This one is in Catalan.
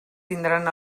tindran